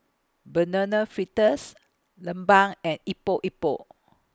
Banana Fritters and Epok Epok